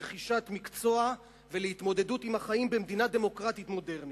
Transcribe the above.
לרכישת מקצוע ולהתמודדות עם החיים במדינה דמוקרטית מודרנית.